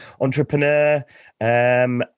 entrepreneur